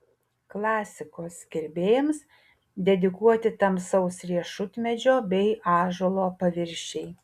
klasikos gerbėjams dedikuoti tamsaus riešutmedžio bei ąžuolo paviršiai